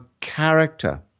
character